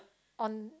on